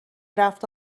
رفت